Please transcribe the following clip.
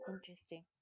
interesting